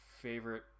favorite